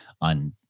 on